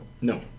No